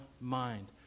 mind